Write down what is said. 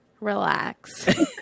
Relax